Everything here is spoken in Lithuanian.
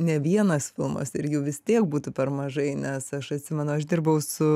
ne vienas filmas ir jų vis tiek būtų per mažai nes aš atsimenu aš dirbau su